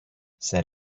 said